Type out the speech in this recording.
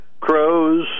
crows